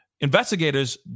Investigators